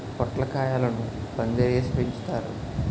పొట్లకాయలను పందిరేసి పెంచుతారు